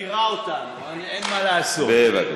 בבקשה.